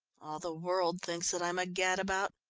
the world thinks that i'm a gadabout,